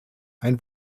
ein